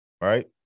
Right